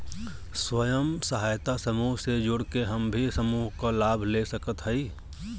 स्वयं सहायता समूह से जुड़ के हम भी समूह क लाभ ले सकत हई?